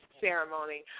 ceremony